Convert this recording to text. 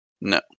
No